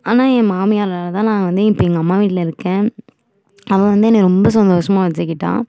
ஆனால் ஏன் மாமியாரால தான் நான் வந்து இப்போ எங்கள் அம்மா வீட்டில இருக்கேன் அவன் வந்து என்ன ரொம்ப சந்தோஷமாக வச்சுக்கிட்டான்